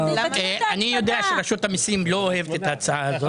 אני יודע שרשות המיסים לא אוהבת את ההצעה הזאת.